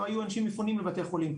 לא היו אנשים מפונים לבתי חולים,